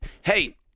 Hey